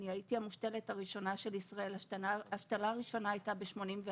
אני הייתי המושתלת הראשונה של ישראל: ההשתלה הראשונה הייתה ב-1984,